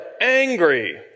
angry